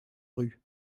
rue